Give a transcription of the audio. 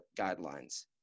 guidelines